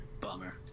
Bummer